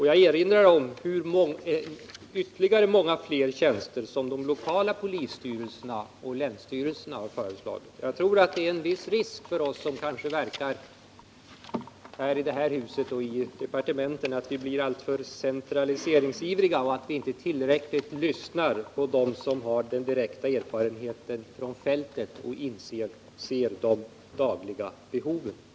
Jag erinrar också om hur många ytterligare tjänster som de lokala polisstyrelserna och länsstyrelserna har föreslagit. Jag tror att det finns en viss risk för att vi som verkar i det här huset och i departementen blir alltför centraliseringsivriga och att vi inte lyssnar tillräckligt på dem som har den direkta erfarenheten från fältet och som dagligen ser vilka behov som finns.